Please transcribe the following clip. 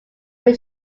when